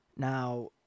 Now